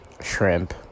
Shrimp